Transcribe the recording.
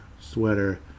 sweater